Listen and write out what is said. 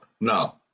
no